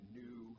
new